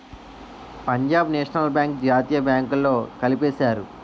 Punjab National Bank జాతీయ బ్యాంకుల్లో కలిపేశారు